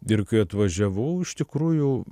ir kai atvažiavau iš tikrųjų